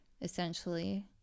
essentially